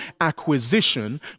acquisition